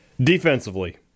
Defensively